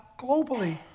globally